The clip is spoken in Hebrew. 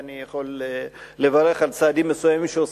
ואני יכול לברך על צעדים מסוימים שעושים